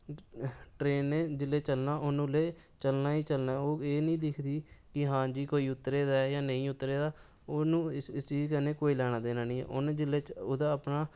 train नै जेल्लै चलना ओह्लै चलना ई चलना ओह् एह् निं दिक्खदी की हां जी कोई उतत्तरे दे जां नेईं उत्तरे दा ओनूं इस चीज कन्नै कोई लैना देना निं ऐ उ'नें जिल्लै ओह्दा अपना